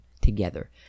together